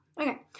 okay